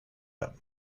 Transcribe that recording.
them